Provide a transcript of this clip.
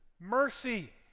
mercy